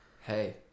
Hey